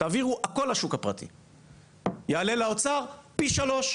ההוא בחופש, ההיא הלכה, הוא חזר.